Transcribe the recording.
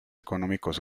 económicos